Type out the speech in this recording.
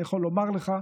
אני יכול לומר לך,